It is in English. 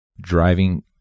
driving